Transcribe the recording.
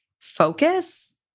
focus